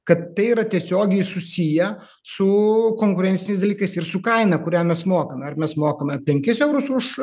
kad tai yra tiesiogiai susiję su konkurenciniais dalykais ir su kaina kurią mes mokame ar mes mokame penkis eurus už